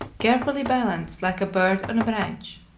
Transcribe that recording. carefully balanced, like a bird on a branch.